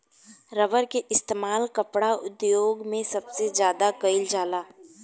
rubber के इस्तेमाल कपड़ा उद्योग मे सबसे ज्यादा कइल जाला